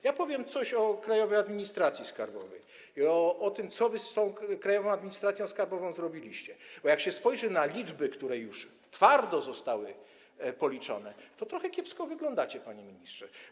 Ja powiem coś o Krajowej Administracji Skarbowej i o tym, co wy z tą Krajową Administracją Skarbową zrobiliście, bo jak się spojrzy na liczby, które już twardo zostały policzone, to trochę kiepsko wyglądacie, panie ministrze.